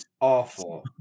awful